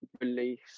release